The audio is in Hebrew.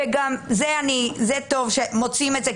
וטוב שמוציאים את זה,